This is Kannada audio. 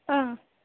ಹಾಂ